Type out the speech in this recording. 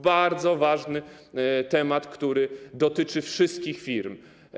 Bardzo ważny temat, który dotyczy wszystkich firm.